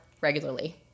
regularly